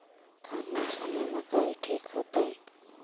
कौन मौसम में मकई ठिक होतइ?